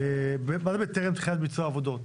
טרם תחילת ביצוע העבודות,